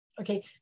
okay